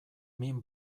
min